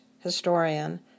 historian